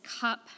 cup